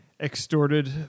extorted